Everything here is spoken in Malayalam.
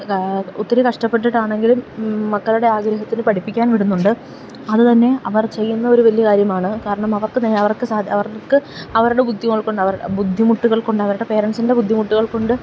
ഒത്തിരി കഷ്ടപ്പെട്ടിട്ടാണെങ്കിലും മക്കളുടെ ആഗ്രഹത്തിനു പഠിപ്പിക്കാൻ വിടുന്നുണ്ട് അതുതന്നെ അവർ ചെയ്യുന്ന ഒരു വലിയ കാര്യമാണ് കാരണം അവർക്ക് അവരുടെ ബുദ്ധിമുട്ടുകൾ കൊണ്ടവരുടെ പേരന്റ്സിൻ്റെ ബുദ്ധിമുട്ടുകൾകൊണ്ട്